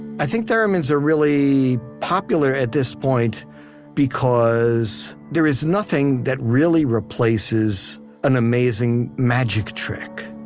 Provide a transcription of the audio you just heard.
i think theremins are really popular at this point because there is nothing that really replaces an amazing magic trick,